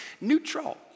neutral